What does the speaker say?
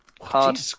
Hard